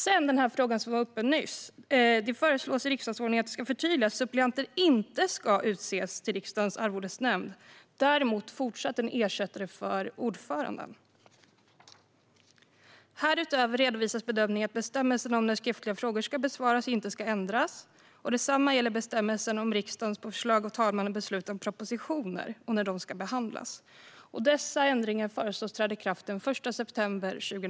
Sedan, när det gäller den fråga som var uppe nyss, föreslås att det i riksdagsordningen ska tydliggöras att suppleanter inte ska utses till Riksdagens arvodesnämnd, däremot fortsatt en ersättare för ordföranden. Härutöver redovisas bedömningen att bestämmelsen om när skriftliga frågor ska besvaras inte ska ändras. Detsamma gäller bestämmelsen om att riksdagen på förslag av talmannen beslutar när propositioner behandlas. Dessa ändringar föreslås träda i kraft den 1 september 2018.